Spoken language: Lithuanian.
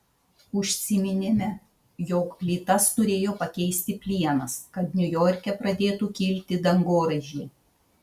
užsiminėme jog plytas turėjo pakeisti plienas kad niujorke pradėtų kilti dangoraižiai